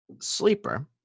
sleeper